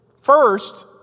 First